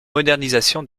modernisation